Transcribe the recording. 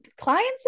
clients